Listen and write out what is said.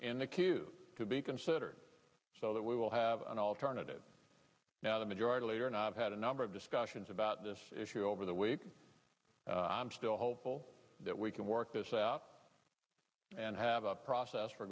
could be considered so that we will have an alternative now to majority leader and i've had a number of discussions about this issue over the week i'm still hopeful that we can work this out and have a process for